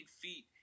feet